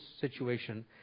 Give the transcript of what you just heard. situation